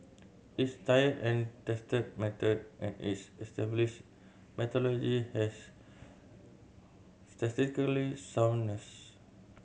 it's tried and tested method and it's established methodology has statistically soundness